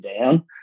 down